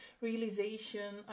realization